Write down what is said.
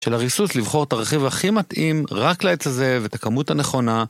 של הריסוס לבחור את הרכיב הכי מתאים רק לעץ הזה ואת הכמות הנכונה